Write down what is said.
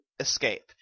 escape